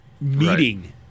meeting